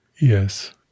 Yes